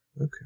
Okay